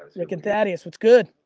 like and thadeus, what's good?